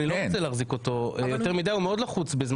אנחנו נשמח לשמוע את דעתך על החוק הזה.